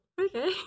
okay